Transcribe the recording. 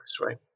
right